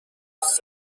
سرچ